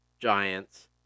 Giants